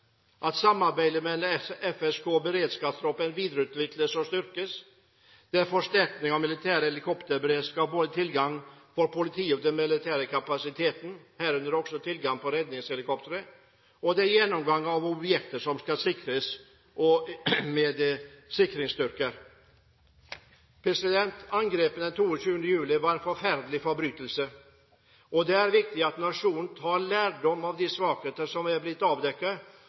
Samarbeidet mellom FSK og beredskapstroppen videreutvikles og styrkes. Forsterkning av den militære helikopterberedskap, både tilgang for politiet og den militære kapasiteten, herunder også tilgang på redningshelikopter. Gjennomgang av objekter som skal sikres med sikringsstyrker. Angrepene den 22. juli var en forferdelig forbrytelse. Det er viktig at nasjonen tar lærdom av de svakheter som er blitt avdekket,